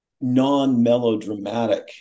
non-melodramatic